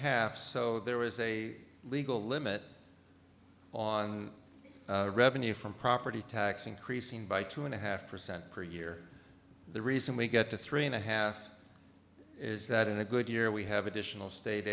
half so there is a legal limit on revenue from property tax increasing by two and a half percent per year the reason we get to three and a half is that in a good year we have additional state